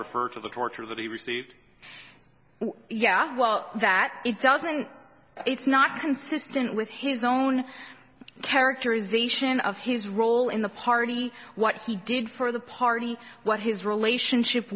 refer to the torture that he received yeah well that it doesn't it's not consistent with his own characterization of his role in the party what he did for the party what his relationship